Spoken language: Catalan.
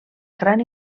gran